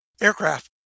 aircraft